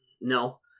No